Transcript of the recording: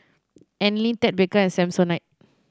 Anlene Ted Baker and Samsonite